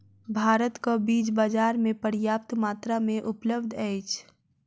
भारतक बीज बाजार में पर्याप्त मात्रा में उपलब्ध अछि